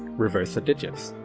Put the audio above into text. reverse the digits.